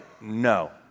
No